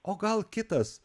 o gal kitas